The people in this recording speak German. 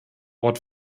ort